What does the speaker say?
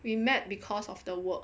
we met because of the world